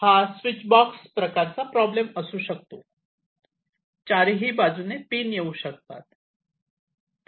हा switch box प्रकारचा problem असू शकतात चारही बाजूने पिन येऊ शकतात